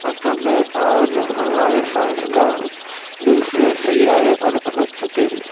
حتىٰ كہ آج ہمارے سائنسداں دوسرے سیارے پر پہنچ چکے ہیں